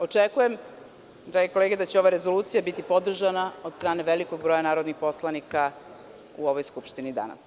Očekujem, drage kolege, da će ova rezolucija biti podržana od strane velikog broja narodnih poslanika u ovoj Skupštini danas.